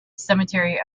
cemetery